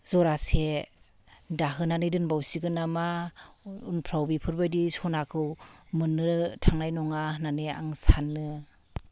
जरासे दाहोनानै दोनबावसिगोन नामा उनफ्राव बेफोरबायदि सनाखौ मोननो थांनाय नङा होननानै आं सानो